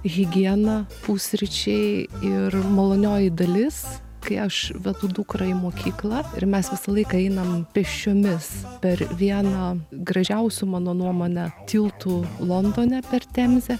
higiena pusryčiai ir malonioji dalis kai aš vedu dukrą į mokyklas ir mes visą laiką einam pėsčiomis per vieną gražiausių mano nuomone tiltų londone per temzę